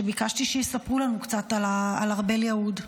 ביקשתי שיספרו לנו על ארבל יהוד.